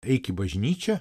eik į bažnyčią